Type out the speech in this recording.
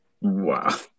wow